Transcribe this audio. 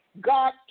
God